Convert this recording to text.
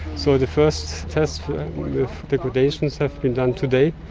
so the first tests with degradations have been done today.